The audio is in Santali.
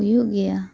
ᱦᱩᱭᱩᱜ ᱜᱮᱭᱟ